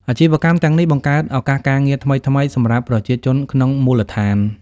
អាជីវកម្មទាំងនេះបង្កើតឱកាសការងារថ្មីៗសម្រាប់ប្រជាជនក្នុងមូលដ្ឋាន។